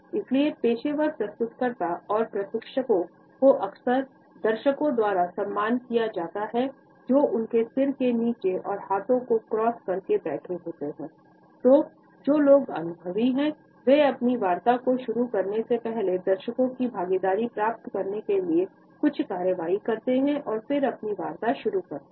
इसलिए पेशेवर प्रस्तुतकर्ता और प्रशिक्षकों को अक्सर दर्शकों द्वारा सामना किया जाता है जो तो जो लोग अनुभवी हैं वह अपनी वार्ता को शुरू करने से पहले दर्शकों की भागीदारी प्राप्त करने के लिए कुछ कार्रवाई करते हैं और फिर अपनी वार्ता शुरू करते हैं